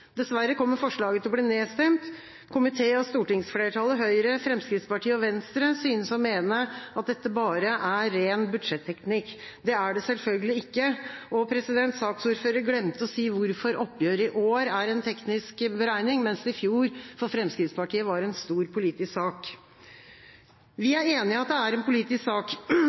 Dessverre kommer forslaget til å bli nedstemt. Komiteen og stortingsflertallet, Høyre, Fremskrittspartiet og Venstre, synes å mene at dette bare er ren budsjetteknikk. Det er det selvfølgelig ikke, og saksordføreren glemte å si hvorfor oppgjøret i år er en teknisk beregning, mens det i fjor for Fremskrittspartiet var en stor politisk sak. Vi er enig i at det er en politisk sak,